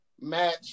match